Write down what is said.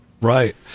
Right